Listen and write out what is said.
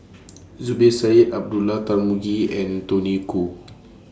Zubir Said Abdullah Tarmugi and Tony Khoo